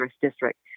district